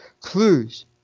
Clues